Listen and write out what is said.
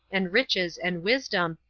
and riches, and wisdom,